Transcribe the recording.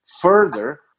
further